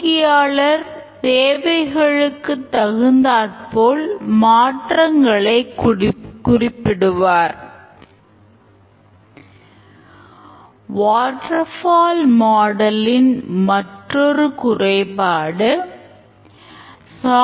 water fall மாடலில் எப்படி இருக்கும் என்பதை அதன் உபயோகிப்பாளர் நினைத்துப் பார்க்க முடியாது எனவே அவர்கள் சில தேவைகளை குறிப்பிடாமல் விட்டு விடலாம் அல்லது குறிப்பிட்ட தேவைகளில் முரண்பாடுகள் இருக்கலாம் மற்றும் தவறான தேவைகளையும் குறிப்பிட்டிருக்கலாம்